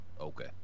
Okay